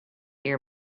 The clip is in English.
your